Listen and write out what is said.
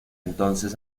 entonces